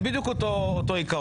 זה בדיוק אותו עיקרון.